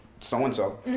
so-and-so